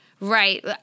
Right